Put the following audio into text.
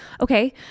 okay